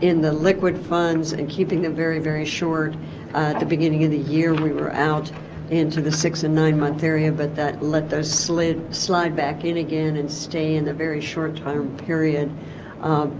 in the liquid funds and keeping them very very short at the beginning of the year we were out into the six and nine month area but that let those slid slide back in again and stay in the very short time period